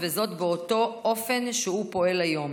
וזאת באותו אופן שהוא פועל היום.